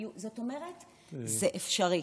זאת אומרת, זה אפשרי.